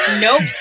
Nope